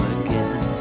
again